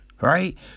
right